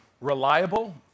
reliable